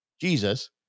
Jesus